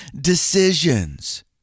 decisions